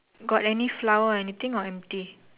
got any flower or anything or empty